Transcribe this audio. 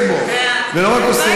עושה גם רפורמות, גם רפורמות,